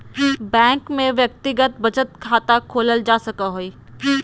bank में व्यक्तिगत बचत खाता खोलल जा सको हइ